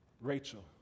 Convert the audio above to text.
Rachel